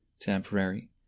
temporary